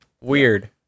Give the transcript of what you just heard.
weird